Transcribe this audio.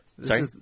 Sorry